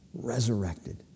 resurrected